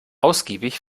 ausgiebig